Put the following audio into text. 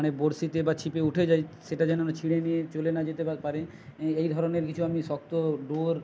মানে বড়শিতে বা ছিপে উঠে যায় সেটা যেন না ছিঁড়ে নিয়ে চলে না যেতে পারে এই এই ধরনের কিছু আমি শক্ত ডোর